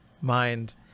mind